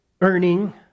earning